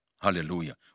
Hallelujah